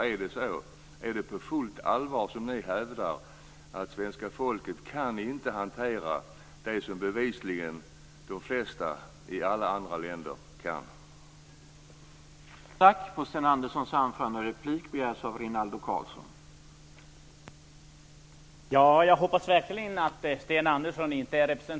Är det på fullt allvar som ni hävdar att svenska folket inte kan hantera det som bevisligen de flesta i alla andra länder kan hantera?